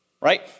Right